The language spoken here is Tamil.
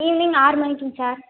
ஈவ்னிங் ஆறுமணிக்குங்க சார்